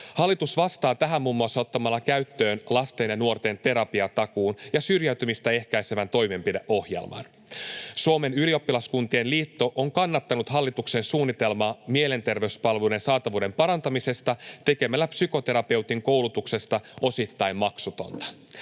Hallitus vastaa tähän muun muassa ottamalla käyttöön lasten ja nuorten terapiatakuun ja syrjäytymistä ehkäisevän toimenpideohjelman. Suomen ylioppilaskuntien liitto on kannattanut hallituksen suunnitelmaa mielenterveyspalveluiden saatavuuden parantamisesta tekemällä psykoterapeutin koulutuksesta osittain maksutonta.